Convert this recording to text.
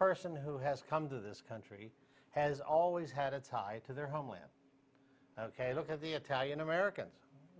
person who has come to this country has always had a tie to their homeland a look at the italian americans